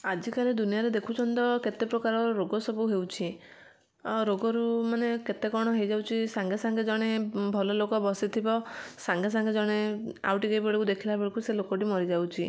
ଆଜିକାଲି ଦୁନିଆରେ ଦେଖୁଛନ୍ତି ତ କେତେ ପ୍ରକାରର ରୋଗ ସବୁ ହେଉଛି ଆଉ ରୋଗରୁ ମାନେ କେତେ କ'ଣ ହେଇଯାଉଛି ସାଙ୍ଗେ ସାଙ୍ଗେ ଜଣେ ଭଲ ଲୋକ ବସିଥିବ ସାଙ୍ଗେ ସାଙ୍ଗେ ଜଣେ ଆଉ ଟିକେ ବେଳକୁ ଦେଖିଲା ବେଳକୁ ସେଇ ଲୋକଟି ମରିଯାଉଛି